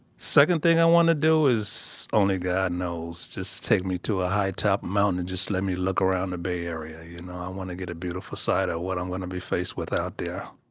second thing i want to do is only god knows. just take me to a high top mountain and just let me look around the bay area you know. i want to get a beautiful sight on what i'm gonna be faced with out there.